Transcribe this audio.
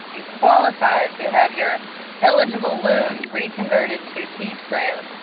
you qualified to have your eligible loans reconverted to teach grants.